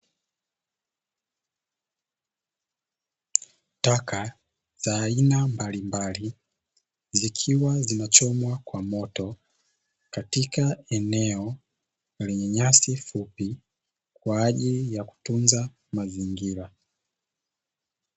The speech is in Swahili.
Taka za aina mbalimbali zikiwa zinachomwa kwa moto katika eneo lenye nyasi fupi kwa ajili ya kutunza mazingira.